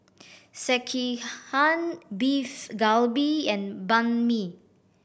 Sekihan Beef Galbi and Banh Mi